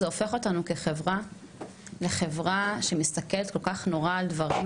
זה גם הופך אותנו לחברה שמסתכלת כל כך נורא על דברים.